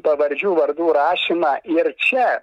pavardžių vardų rašymą ir čia